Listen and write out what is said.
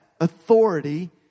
authority